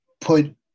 put